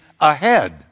ahead